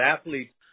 athletes